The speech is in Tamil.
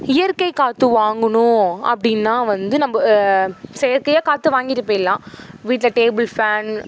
இயற்கை காற்று வாங்கணும் அப்படின்னா வந்து நம்ம செயற்கையாக காற்று வாங்கிட்டு போய்ட்லாம் வீட்டில் டேபிள் ஃபேன்